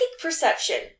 perception